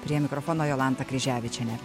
prie mikrofono jolanta kryževičienė